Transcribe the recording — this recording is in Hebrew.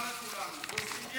פטר את